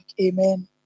Amen